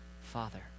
father